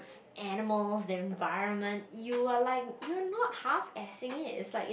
animals the environment you are like you are not half assing it it's like it's